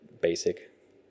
basic